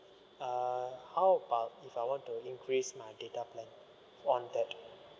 uh how about if I want to increase my data plan on that